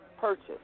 purchase